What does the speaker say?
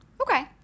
okay